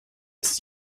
ist